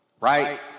right